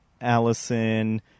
Allison